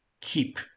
keep